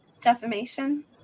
defamation